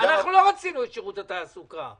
לא רצינו את שירות התעסוקה,